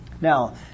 now